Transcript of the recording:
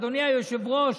אדוני היושב-ראש,